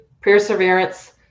perseverance